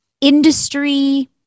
industry